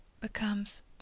becomes